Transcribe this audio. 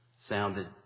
sounded